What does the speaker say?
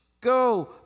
go